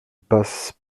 passe